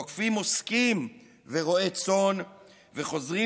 תוקפים עוסקים ורועי הצאן וחוזרים